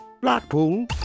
Blackpool